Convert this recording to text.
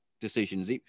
decisions